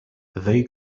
they